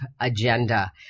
agenda